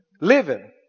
Living